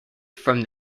from